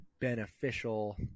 beneficial